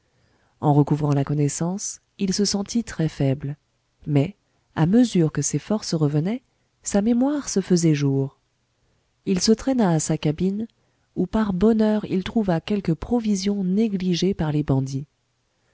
en recouvrant la connaissance il se sentit très faible mais à mesure que ses forces revenaient sa mémoire se faisait jour il se traîna à sa cabine où par bonheur il trouva quelques provisions négligées par les bandits